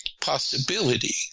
possibility